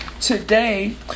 today